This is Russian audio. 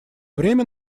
время